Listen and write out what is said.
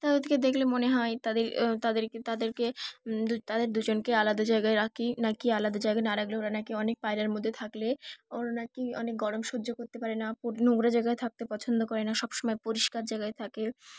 তাদেরকে দেখলে মনে হয় তাদের তাদেরকে তাদেরকে তাদের দুজনকে আলাদা জায়গায় রাখি নাকি আলাদা জায়গায় না রাখলে ওরা নাকি অনেক পায়রার মধ্যে থাকলে ওরা নাকি অনেক গরম সহ্য করতে পারে না নোংরা জায়গায় থাকতে পছন্দ করে না সবসময় পরিষ্কার জায়গায় থাকে